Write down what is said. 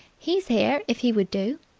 he's here, if he would do.